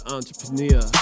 Entrepreneur